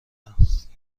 است